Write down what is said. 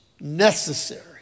necessary